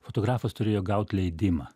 fotografas turėjo gaut leidimą